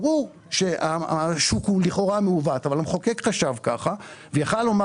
ברור שהשוק הוא לכאורה מעוות אבל המחוקק חשב כך ויכול היה לומר